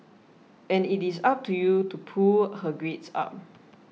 and it is up to you to pull her grades up